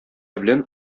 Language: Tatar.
белән